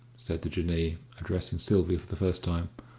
said the jinnee, addressing sylvia for the first time,